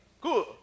cool